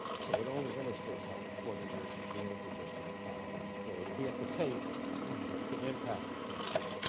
so it only illustrates how important it is to be in a position of power and authority, be at the table. so you can impact a cannon.